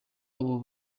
abo